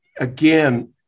again